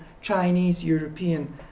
Chinese-European